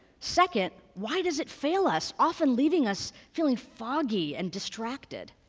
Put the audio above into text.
second, why does it fail us, often leaving us feeling foggy and distracted?